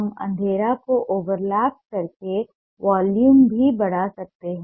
हम अंधेरे को ओवरलैप करके वॉल्यूम भी बढ़ा सकते हैं